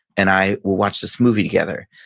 and i will watch this movie together.